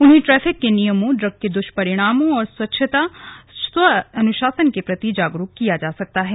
उन्हें ट्रैफिक के नियमों ड्रग के दुष्परिणामों और स्वच्छता स्व अनुशासन के प्रति जागरूक किया जा सकता है